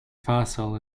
fossil